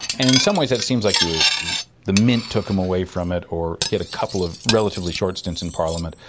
and in some ways it seems like ah the mint took him away from it or he had a couple of relatively short stints in parliament,